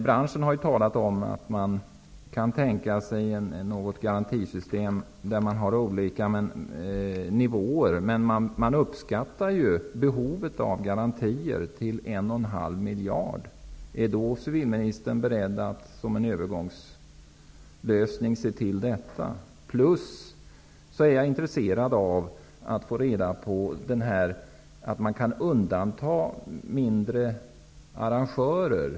Branschen har ju talat om att man tänka sig något garantisystem där man har olika nivåer. Men man uppskattar behovet av garantier till 1,5 miljarder. Är civilministern beredd att som en övergångslösning se till detta? Jag är också intresserad av att få reda på om man kan undanta mindre arrangörer.